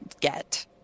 get